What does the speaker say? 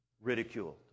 ridiculed